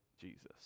Jesus